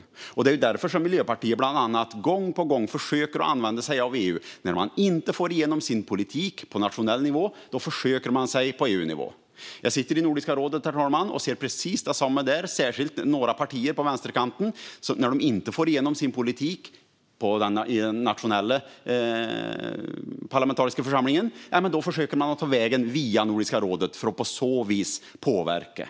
Det är bland annat därför Miljöpartiet gång på gång försöker använda sig av EU. När man inte får igenom sin politik på nationell nivå försöker man göra det på EUnivå. Jag sitter i Nordiska rådet, herr talman, och ser precis detsamma där. Det är särskilt några partier på vänsterkanten som, när de inte får igenom sin politik i den nationella parlamentariska församlingen, försöker ta vägen via Nordiska rådet för att på så vis påverka.